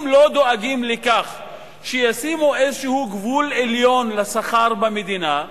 אם לא דואגים לכך שישימו איזה גבול עליון לשכר במדינה,